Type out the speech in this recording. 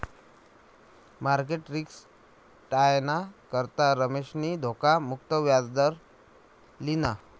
market risk टायाना करता रमेशनी धोखा मुक्त याजदर लिना